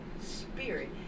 spirit